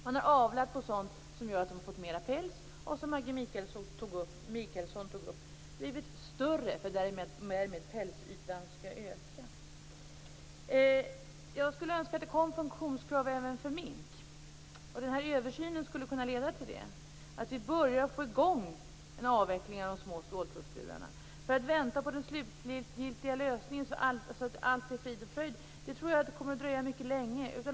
Man har avlat så att de fått mera päls och, som Maggi Mikaelsson sade, blivit större, för att pälsytan skall öka. Jag önskar att det skulle komma funktionskrav även för mink. Den här översynen skulle kunna leda till att vi får i gång en avveckling av de små ståltrådsburarna. Om man skall vänta på den slutgiltiga lösningen, då allt är frid och fröjd, kommer det att dröja mycket länge.